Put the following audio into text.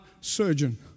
surgeon